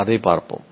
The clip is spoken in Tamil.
அதைப் பார்ப்போம்